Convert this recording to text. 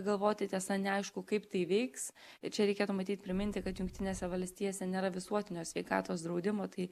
galvoti tiesa neaišku kaip tai veiks ir čia reikėtų matyt priminti kad jungtinėse valstijose nėra visuotinio sveikatos draudimo tai